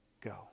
go